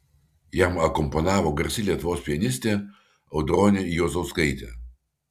jam akompanavo garsi lietuvos pianistė audronė juozauskaitė